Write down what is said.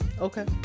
Okay